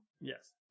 Yes